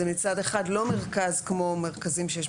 זה מצד אחד לא מרכז כמו מרכזים שיש,